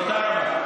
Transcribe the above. תודה רבה.